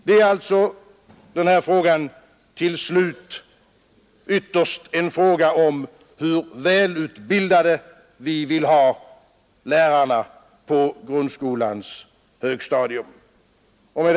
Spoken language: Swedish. Denna fråga är till slut en fråga om hur välutbildade vi vill ha lärarna på grundskolans högstadium. Herr talman!